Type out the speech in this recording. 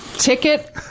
Ticket